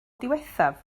diwethaf